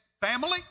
family